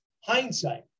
hindsight